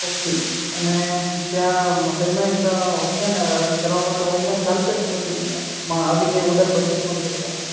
okay અને ત્યાં payment છેને કરવામાં તો ઓનલાઇન ચાલશે કે પછી ત્યાં આવી જાય ઓર્ડર પછી પેમેન્ટ કરું ચાલશે